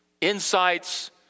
insights